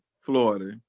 Florida